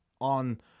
on